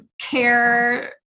care